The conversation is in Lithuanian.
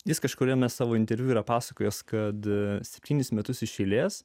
jis kažkuriame savo interviu yra pasakojęs kad septynis metus iš eilės